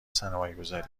سرمایهگذاری